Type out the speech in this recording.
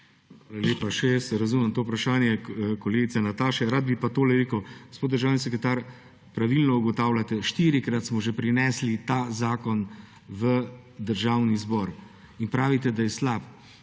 lepa. Še jaz razumem to vprašanje kolegice Nataše. Rad bi pa tole rekel. Gospod državni sekretar, pravilno ugotavljate, štirikrat smo že prinesli ta zakon v Državni zbor, in pravite, da je slab.